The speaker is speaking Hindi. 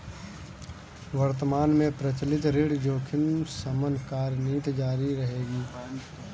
वर्तमान में प्रचलित ऋण जोखिम शमन कार्यनीति जारी रहेगी